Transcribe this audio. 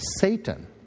Satan